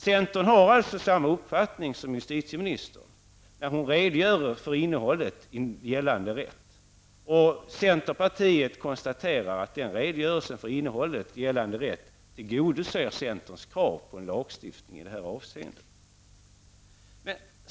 Centern har således samma uppfattning som justitieministern, vilket framgick när hon redogjorde för innehållet i gällande rätt. Centerpartiet konstaterar att innehållet i gällande rätt tillgodoser centerns krav på lagstiftning i det avseendet.